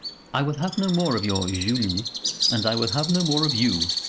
i will have no more of your julie and i will have no more of you.